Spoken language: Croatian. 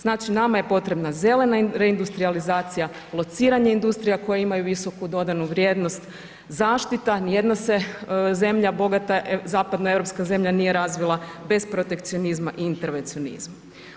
Znači nama je potrebna zelena reindustrijalizacija, lociranje industrija koje imaju visoku dodanu vrijednost, zaštita, nijedna se zemlja bogata, zapadnoeuropska zemlja nije razvila bez protekcionizma i intervencionizma.